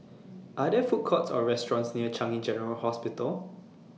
Are There Food Courts Or restaurants near Changi General Hospital